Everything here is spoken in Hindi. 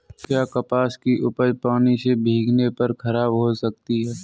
क्या कपास की उपज पानी से भीगने पर खराब हो सकती है?